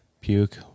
puke